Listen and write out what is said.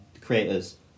creators